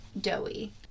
doughy